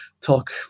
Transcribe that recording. talk